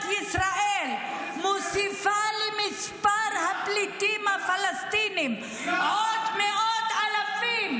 ישראל מוסיפה למספר הפליטים הפלסטינים עוד מאות אלפים.